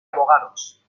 abogados